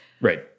Right